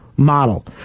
model